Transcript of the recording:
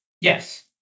Yes